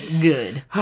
good